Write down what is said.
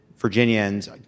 Virginians